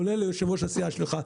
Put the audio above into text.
כולל ליושב-ראש הסיעה שלך.